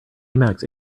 emacs